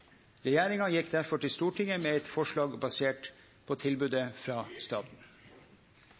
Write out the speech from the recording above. Regjeringa gjekk difor til Stortinget med eit forslag basert på tilbodet frå staten.